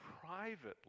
privately